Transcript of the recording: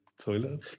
Toilet